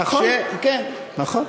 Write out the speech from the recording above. נכון.